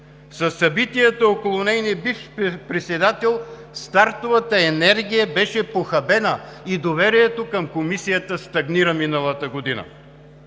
Със събитията около нейния бивш председател стартовата енергия беше похабена и доверието към Комисията стагнира миналата година.